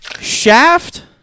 Shaft